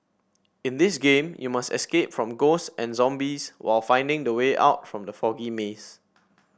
in this game you must escape from ghosts and zombies while finding the way out from the foggy maze